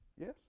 yes